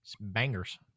bangers